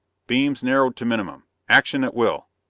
beams narrowed to minimum! action at will!